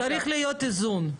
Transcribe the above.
צריך להיות איזון.